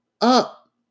up